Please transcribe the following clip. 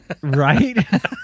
Right